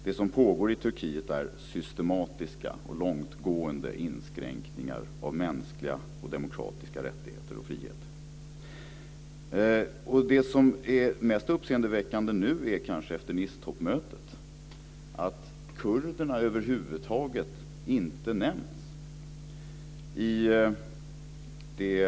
Det som pågår i Turkiet är systematiska och långtgående inskränkningar av mänskliga och demokratiska rättigheter och friheter. Det som är mest uppseendeväckande nu efter Nicetoppmötet är kanske att kurderna över huvud taget inte nämns.